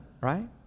right